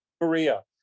Maria